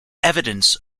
evidence